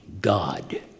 God